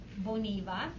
Boniva